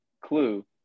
Clue